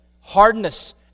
hardness